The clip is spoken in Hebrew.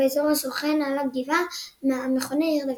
באזור השוכן על הגבעה המכונה "עיר דוד".